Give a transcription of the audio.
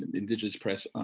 and indigenous press,